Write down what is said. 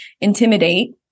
intimidate